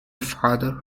father